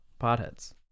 Potheads